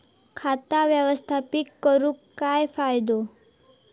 खाता व्यवस्थापित करून काय फायदो?